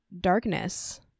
darkness